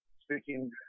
speaking